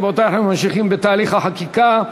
רבותי, אנחנו ממשיכים בתהליך החקיקה: